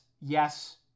yes